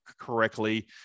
correctly